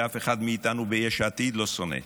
ואף אחד מאיתנו ביש עתיד לא שונא.